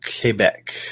Quebec